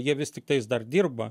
jie vis tiktais dar dirba